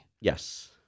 yes